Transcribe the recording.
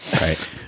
Right